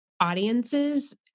audiences